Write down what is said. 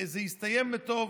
זה יסתיים בטוב.